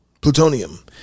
plutonium